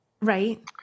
Right